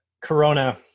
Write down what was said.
Corona